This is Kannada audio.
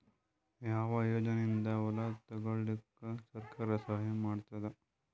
ಯಾವ ಯೋಜನೆಯಿಂದ ಹೊಲ ತೊಗೊಲುಕ ಸರ್ಕಾರ ಸಹಾಯ ಮಾಡತಾದ?